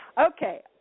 Okay